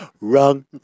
Wrong